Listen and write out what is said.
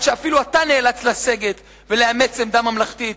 עד שאפילו אתה נאלץ לסגת ולאמץ עמדה ממלכתית,